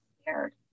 scared